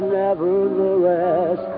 nevertheless